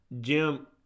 Jim